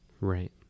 Right